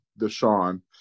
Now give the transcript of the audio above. Deshaun